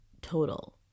total